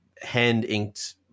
hand-inked